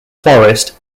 forest